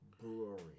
brewery